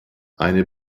eine